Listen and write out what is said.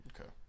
Okay